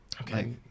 okay